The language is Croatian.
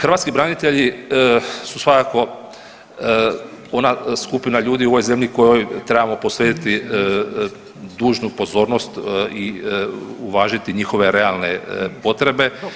Hrvatski branitelji su svakako ona skupina ljudi u ovoj zemlji kojoj trebamo posvetiti dužnu pozornost i uvažiti njihove realne potrebe.